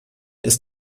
ist